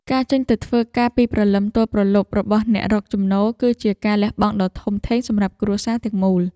ការចេញទៅធ្វើការពីព្រលឹមទល់ព្រលប់របស់អ្នករកចំណូល គឺជាការលះបង់ដ៏ធំធេងសម្រាប់គ្រួសារទាំងមូល។